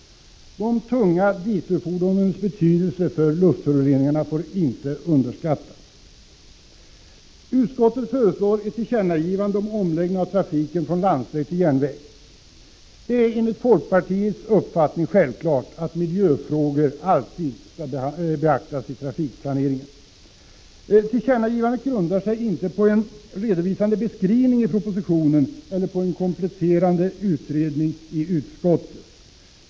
De tunga dieselfordonens betydelse för luftföroreningarna får inte underskattas. Utskottet föreslår ett tillkännagivande om omläggning av trafiken från landsväg till järnväg. Det är enligt folkpartiets uppfattning självklart att miljöfrågor alltid skall beaktas i trafikplanering. Tillkännagivandet grundar sig inte på en redovisande beskrivning i propositionen eller på kompletterande utredning i utskottet.